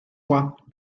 work